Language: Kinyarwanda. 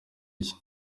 iki